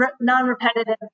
non-repetitive